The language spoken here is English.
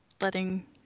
Letting